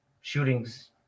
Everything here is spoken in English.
shootings